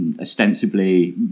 ostensibly